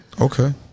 Okay